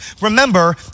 remember